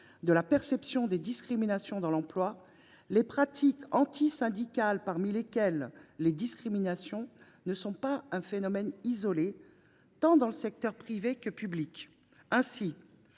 de la perception des discriminations dans l’emploi, « les pratiques antisyndicales, parmi lesquelles les discriminations, ne sont pas un phénomène isolé, tant dans le secteur privé que dans